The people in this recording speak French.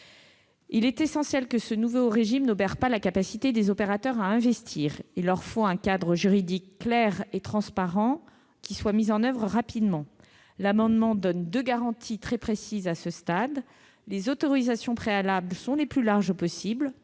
Il est essentiel que ce nouveau régime n'obère pas la capacité des opérateurs à investir. Il leur faut un cadre juridique clair et transparent qui soit mis en oeuvre rapidement. L'amendement donne deux garanties très précises à ce stade : les autorisations préalables sont les plus larges possible,